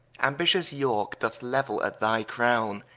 ambitious yorke, did leuell at thy crowne,